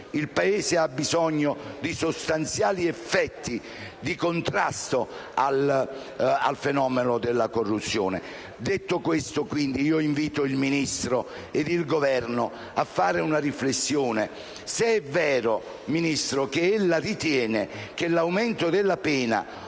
alzano, ma di effetti sostanziali di contrasto al fenomeno della corruzione. Detto questo, desidero invitare il Ministro e il Governo a fare una riflessione. Se è vero, signor Ministro, che ella ritiene che l'aumento della pena